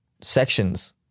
sections